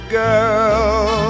girl